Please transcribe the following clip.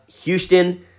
houston